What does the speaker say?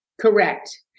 Correct